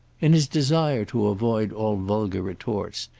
in his desire to avoid all vulgar retorts,